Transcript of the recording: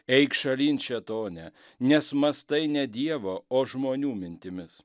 eik šalin šėtone nes mąstai ne dievo o žmonių mintimis